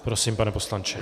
Prosím, pane poslanče.